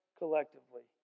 collectively